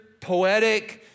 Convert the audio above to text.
poetic